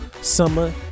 summer